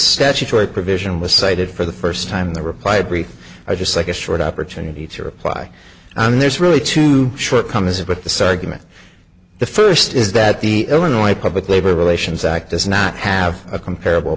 statutory provision was cited for the first time the reply brief i'd just like a short opportunity to reply and there's really two short comings of what this argument the first is that the illinois public labor relations act does not have a comparable